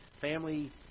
family